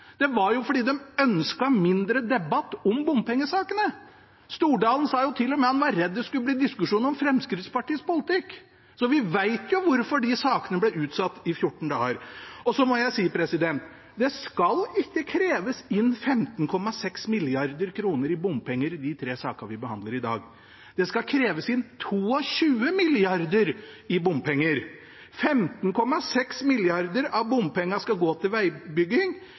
Det var fordi de ønsket mindre debatt om bompengesakene. Representanten Stordalen sa til og med at han var redd det skulle bli diskusjon om Fremskrittspartiets politikk, så vi vet jo hvorfor de sakene ble utsatt i 14 dager. Så må jeg si at det skal ikke kreves inn 15,6 mrd. kr i bompenger i de tre sakene vi behandler i dag. Det skal kreves inn 22 mrd. kr i bompenger. 15,6 mrd. kr av bompengene skal gå til